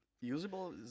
Usable